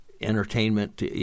entertainment